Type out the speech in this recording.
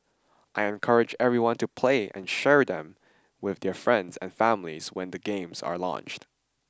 I encourage everyone to play and share them with their friends and families when the games are launched